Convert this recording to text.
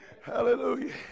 hallelujah